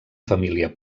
família